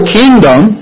kingdom